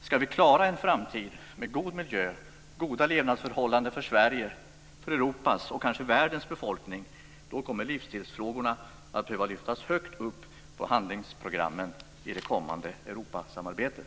Ska vi klara en framtid med god miljö och goda levnadsförhållanden för Sveriges, Europas och kanske världens befolkning, kommer livsstilsfrågorna att behöva lyftas högt upp på handlingsprogrammen i det kommande Europasamarbetet.